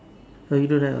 oh you don't have ah